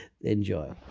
Enjoy